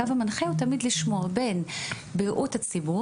הקו המנחה הוא תמיד לשמור בין בריאות הציבור